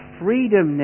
freedom